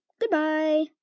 goodbye